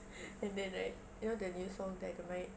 and then right you know the new song dynamite